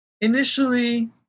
Initially